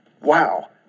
Wow